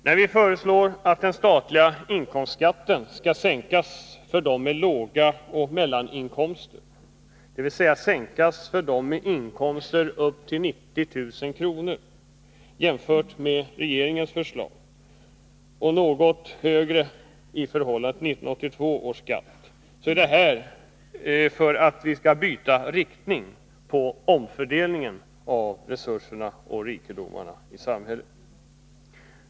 När vi föreslår att den statliga inkomstskatten skall sänkas för dem med låga inkomster och mellaninkomster, dvs. sänkas för dem med inkomster upp till 90000 kr. jämfört med regeringens förslag och något högre i förhållande till 1982 års skatt, är det för att vi skall kunna byta riktning på omfördelningen av resurserna och rikedomarna i samhället.